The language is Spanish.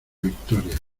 victoria